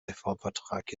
reformvertrag